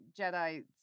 Jedi